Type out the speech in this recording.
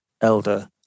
elder